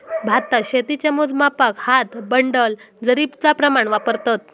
भारतात शेतीच्या मोजमापाक हात, बंडल, जरीबचा प्रमाण वापरतत